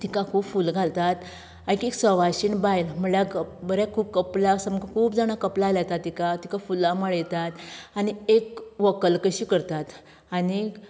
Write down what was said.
तिका खूब फुलां घालतात आनी ती सवाशिण बायल म्हळ्यार बऱ्याक कपलाक सामको खूब जाणां कपलाक लायतात तिका तिका फुलां माळयतात आनी एक व्हंकल कशी करतात आनीक